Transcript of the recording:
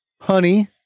honey